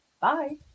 bye